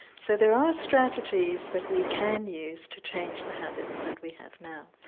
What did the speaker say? so there are strategies that we can use to change the habits that we have now.